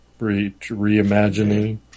reimagining